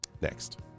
Next